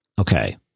Okay